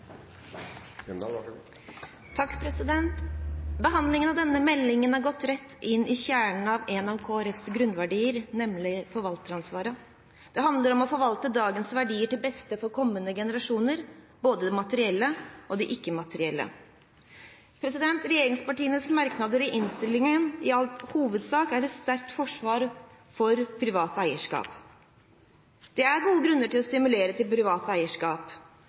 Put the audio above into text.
Behandlingen av denne meldingen har gått rett inn i kjernen av en av Kristelig Folkepartis grunnverdier – nemlig forvalteransvaret. Det handler om å forvalte dagens verdier til beste for kommende generasjoner, både de materielle og de ikke-materielle. Regjeringspartienes merknader i innstillingen er i all hovedsak et sterkt forsvar for privat eierskap. Det er gode grunner til å stimulere til privat eierskap: